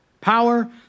power